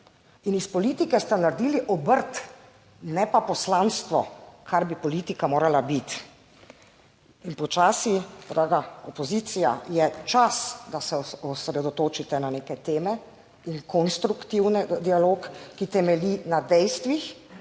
In iz politike ste naredili obrt, ne pa poslanstvo, kar bi politika morala biti in počasi, draga opozicija, je čas, da se osredotočite na neke teme in konstruktivni dialog, ki temelji na dejstvih,